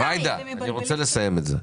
ג'ידא, אני רוצה לסיים את זה.